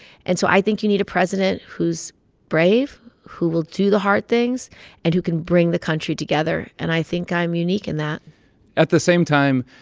and so i think you need a president who's brave, who will do the hard things and who can bring the country together. and i think i'm unique in that at the same time,